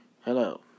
Hello